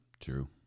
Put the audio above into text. True